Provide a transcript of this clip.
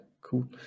cool